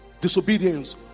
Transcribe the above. disobedience